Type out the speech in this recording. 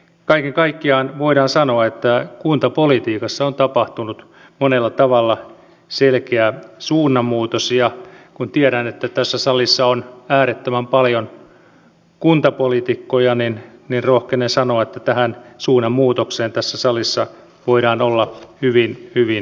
kaiken kaikkiaan voidaan sanoa että kuntapolitiikassa on tapahtunut monella tavalla selkeä suunnanmuutos ja kun tiedän että tässä salissa on äärettömän paljon kuntapoliitikkoja niin rohkenen sanoa että tähän suunnanmuutokseen tässä salissa voidaan olla hyvin hyvin tyytyväisiä